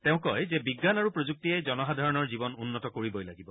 তেওঁ কয় যে বিজ্ঞান আৰু প্ৰযুক্তিয়ে জনসাধাৰণৰ জীৱন উন্নত কৰিবই লাগিব